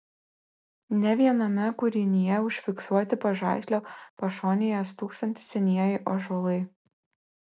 ne viename kūrinyje užfiksuoti pažaislio pašonėje stūksantys senieji ąžuolai